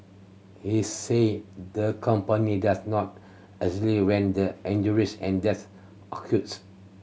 he said the company does not exactly when the injuries and death occurred